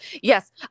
Yes